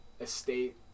estate